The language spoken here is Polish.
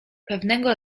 pewnego